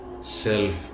self